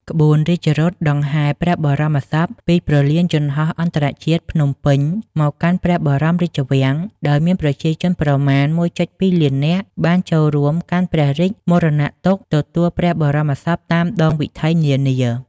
ក្បួនរាជរថដង្ហែព្រះបរមសពពីព្រលានយន្តហោះអន្តរជាតិភ្នំពេញ មកកាន់ព្រះបរមរាជវាំង ដោយមានប្រជាជនប្រមាណ ១,២ លាននាក់ បានចូលរួមកាន់ព្រះរាជមរណទុក្ខទទួលព្រះបរមសពតាមដងវិថីនានា។